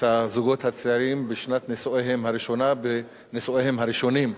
הזוגות הצעירים בשנת נישואיהם הראשונה בנישואיהם הראשונים.